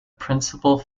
principle